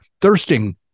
thirsting